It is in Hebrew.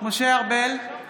משה ארבל,